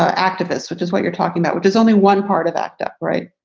ah activists, which is what you're talking about, which is only one part of act up. right.